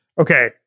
Okay